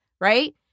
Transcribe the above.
Right